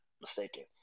mistaken